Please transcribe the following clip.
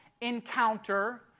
encounter